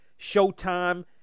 Showtime